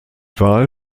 wahl